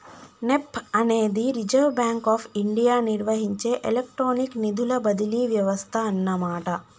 NEFT అనేది reserve bank of India నిర్వహించే electronic నిధుల బదిలీ వ్యవస్థ అన్నమాట